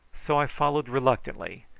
so i followed reluctantly,